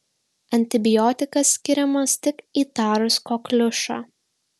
antibiotikas skiriamas tik įtarus kokliušą